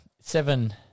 Seven